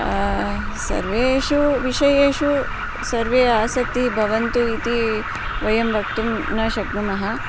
सर्वेषु विषयेषु सर्वे आसक्तिः भवन्तु इति वयं वक्तुं न शक्नुमः